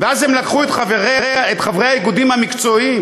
ואז הם לקחו את חברי האיגודים המקצועיים,